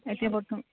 এতিয়া বৰ্তমান